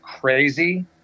crazy